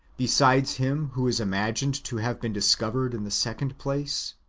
besides him who is imagined to have been discovered in the second place,